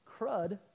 crud